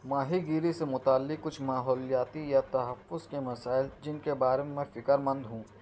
ماہی گیری سے متعلق کچھ ماحولیاتی یا تحفظ کے مسائل جن کے بارے میں میں فکرمند ہوں